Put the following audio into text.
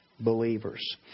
Believers